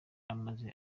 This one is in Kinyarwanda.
amaze